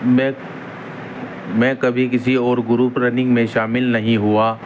میں میں کبھی کسی اور گروپ رننگ میں شامل نہیں ہوا